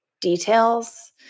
details